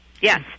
Yes